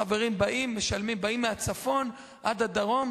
החברים באים מהצפון עד הדרום,